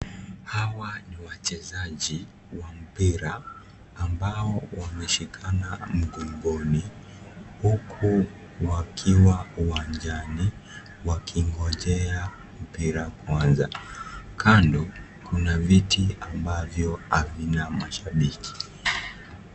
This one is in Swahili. Hawa ni wachezaji wa mpira ambao wameshikana mgongoni huku wakiwa uwanjani wakingojea mpira kuanza kando kuna viti ambavyo havina mashabiki.